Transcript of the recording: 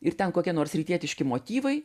ir ten kokia nors rytietiški motyvai